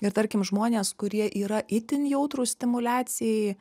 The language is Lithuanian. ir tarkim žmonės kurie yra itin jautrūs stimuliacijai